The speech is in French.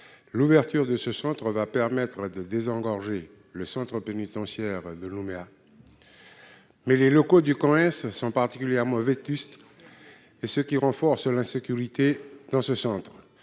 l'ouverture de ce centre va permettre de désengorger le centre pénitentiaire de Nouméa, mais les locaux du commerce sont particulièrement vétustes et ce qui renforce l'insécurité dans ce centre,